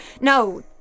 no